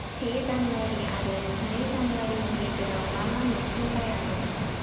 से जानुवारि आरो जिनै जानुवारिनि गेजेराव मा मा मिटिं जायामोन